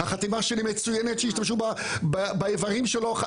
החתימה שלי מצוינת שישתמשו באיברים שלו.